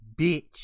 bitch